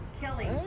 kelly